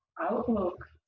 outlook